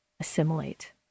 assimilate